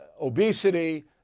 obesity